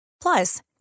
Plus